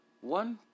one